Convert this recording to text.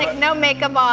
like no make-up um